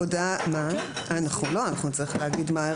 הודעה על מינוי הוועדה